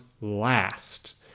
last